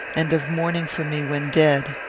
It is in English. and of mourning for me when dead.